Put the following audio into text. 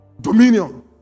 Dominion